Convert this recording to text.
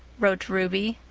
wrote ruby.